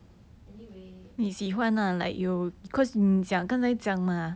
anyway